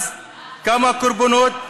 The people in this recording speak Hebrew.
אז כמה קורבנות,